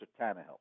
Tannehill